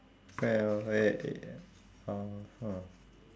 well uh ya uh !huh!